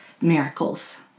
miracles